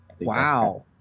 Wow